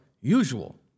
usual